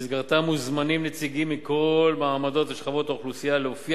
שבמסגרתה מוזמנים נציגים מכל מעמדות ושכבות האוכלוסייה להופיע